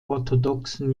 orthodoxen